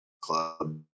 club